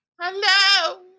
Hello